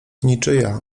niczyja